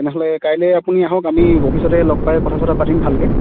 তেনেহ'লে কাইলৈ আপুনি আহক আমি অফিচতে লগ পাই কথা চথা পাতিম ভালকৈ